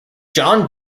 john